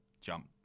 jump